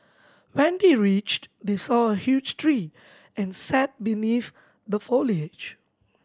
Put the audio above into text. when they reached they saw a huge tree and sat beneath the foliage